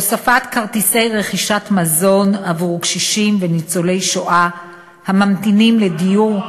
הוספת כרטיסי רכישת מזון עבור קשישים וניצולי השואה הממתינים לדיור,